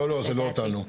לא, זה לא אותנו.